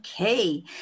Okay